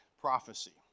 prophecy